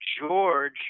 George